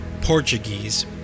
Portuguese